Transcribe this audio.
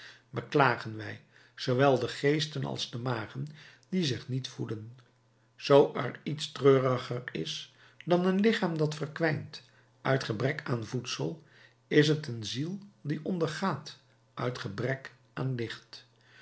beklagen wij zoowel de geesten als de magen die zich niet voeden zoo er iets treuriger is dan een lichaam dat verkwijnt uit gebrek aan voedsel is t een ziel die ondergaat uit gebrek aan licht